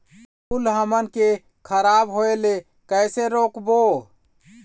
फूल हमन के खराब होए ले कैसे रोकबो?